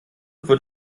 wird